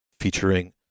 featuring